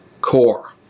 CORE